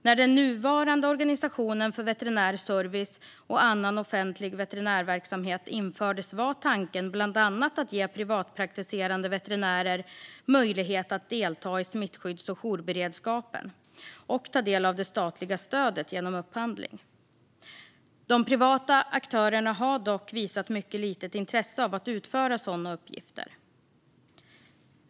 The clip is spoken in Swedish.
När den nuvarande organisationen för veterinär service och annan offentlig veterinärverksamhet infördes var tanken bland annat att ge privatpraktiserande veterinärer möjlighet att delta i smittskydds och jourberedskapen och ta del av det statliga stödet genom upphandling. De privata aktörerna har dock visat ett mycket litet intresse av att utföra sådana uppgifter.